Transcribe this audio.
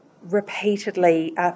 repeatedly